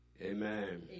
Amen